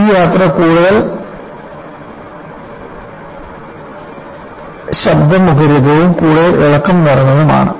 ഈ യാത്ര കൂടുതൽ ശബ്ദമുഖരിതവും കൂടുതൽ ഇളക്കം ഉള്ളതും ആണ്